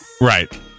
Right